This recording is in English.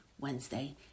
Wednesday